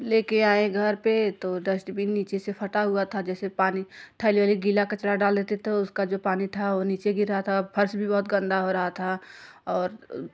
ले कर आएँ घर पर तो डस्टबिन नीचे से फटा हुआ था जैसे पानी थैली वैली गीला कचड़ा डाल देते थे उसका जो पानी था वह नीचे गिर रहा था फर्श भी बहुत गन्दा हो रहा था और